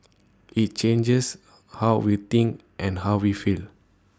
IT changes how we think and how we feel